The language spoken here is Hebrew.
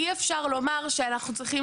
אי אפשר לומר שאנחנו צריכים